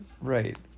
right